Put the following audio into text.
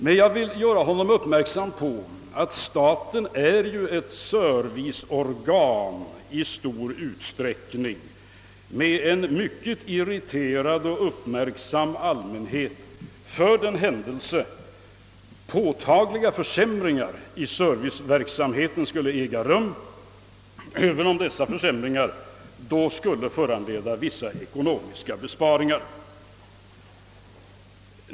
Men jag vill göra herr Hedlund uppmärksam på att staten i stor utsträckning är ett serviceorgan och att allmänheten är mycket uppmärksam och lätt irriterad om påtagliga försämringar i servicen inträder, även om försämringarna medför vissa ekonomiska besparingar.